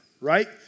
right